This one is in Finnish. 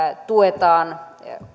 tuetaan